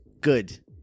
good